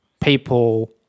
people